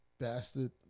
Bastard